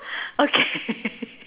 okay